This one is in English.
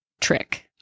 trick